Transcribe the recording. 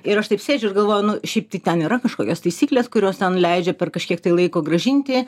ir aš taip sėdžiu ir galvoju nu šiaip tai ten yra kažkokios taisyklės kurios ten leidžia per kažkiek tai laiko grąžinti